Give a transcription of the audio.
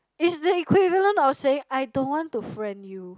is the equivalent of saying I don't want to friend you